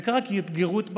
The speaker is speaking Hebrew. זה קרה כי אתגרו את בג"ץ.